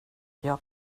jag